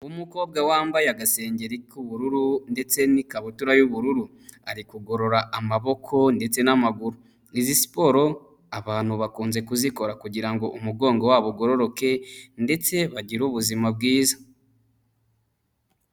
Umukobwa wambaye agasengengeri k'ubururu ndetse n'ikabutura y'ubururu ari kugorora amaboko ndetse n'amaguru, izi siporo abantu bakunze kuzikora kugira ngo umugongo wabo ugororoke ndetse bagire ubuzima bwiza.